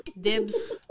Dibs